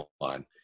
line